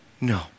No